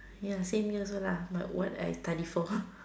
ya same here also lah but what I study for